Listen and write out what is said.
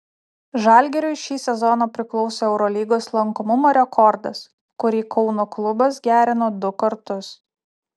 žalgiriui šį sezoną priklauso eurolygos lankomumo rekordas kurį kauno klubas gerino du kartus